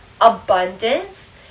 abundance